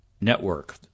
network